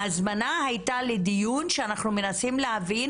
ההזמנה הייתה לדיון שבו אנחנו מנסים להבין